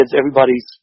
everybody's